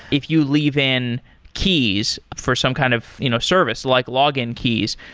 if you leave in keys for some kind of you know service like login keys,